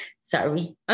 sorry